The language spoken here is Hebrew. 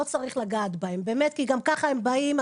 לא צריך לגעת בהם כי גם ככה הם באים,